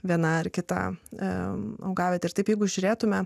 viena ar kita augavietė ir taip jeigu žiūrėtumėme